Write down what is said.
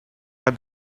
are